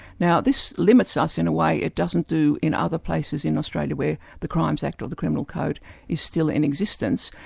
now this limits us in a way it doesn't do in other places in australia where the crimes act or the criminal code is still in existence.